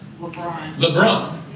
LeBron